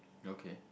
okay